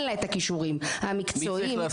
לה את הכישורים המקצועיים אז זה לא משנה.